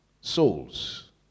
souls